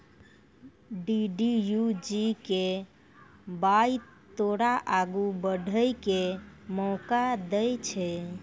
DDU GKY तोरा आगू बढ़ै के मौका दै छै